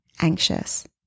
anxious